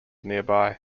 nearby